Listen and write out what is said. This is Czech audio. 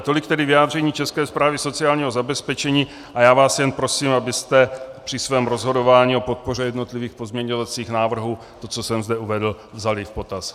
Tolik tedy vyjádření České správy sociálního zabezpečení a já vás jen prosím, abyste při svém rozhodování o podpoře jednotlivých pozměňovacích návrhů to, co jsem zde uvedl, vzali v potaz.